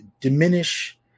diminish